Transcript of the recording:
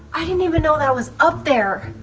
i didn't even know that was up there.